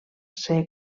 ser